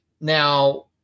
Now